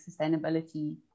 sustainability